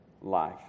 life